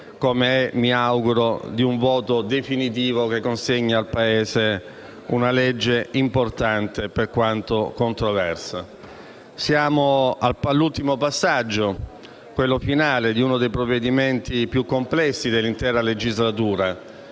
come mi auguro sia, di un voto definitivo che consegni al Paese una legge importante per quanto controversa. Siamo arrivati all'ultimo passaggio, quello finale, di uno dei provvedimenti più complessi dell'intera legislatura